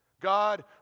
God